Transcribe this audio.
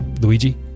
Luigi